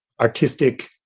artistic